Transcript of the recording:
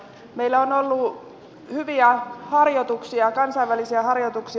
meillä on ollut hyviä kansainvälisiä harjoituksia